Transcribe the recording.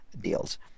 deals